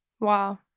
Wow